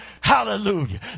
Hallelujah